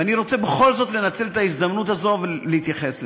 ואני רוצה בכל זאת לנצל את ההזדמנות הזו ולהתייחס לזה.